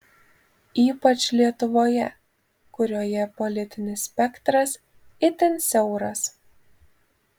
ypač lietuvoje kurioje politinis spektras itin siauras